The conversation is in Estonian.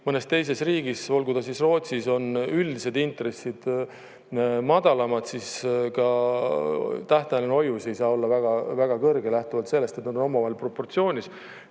mõnes teises riigis, olgu ta siis Rootsis, on üldised intressid madalamad, siis ka tähtajaline hoius ei saa olla väga-väga kõrge lähtuvalt sellest, et nad on omavahel proportsioonis,